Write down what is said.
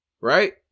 Right